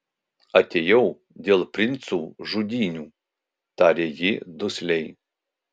atėjau dėl princų žudynių tarė ji dusliai